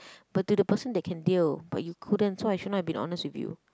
but to the person that can deal but you couldn't so I should not have been honest with you